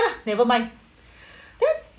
lah nevermind then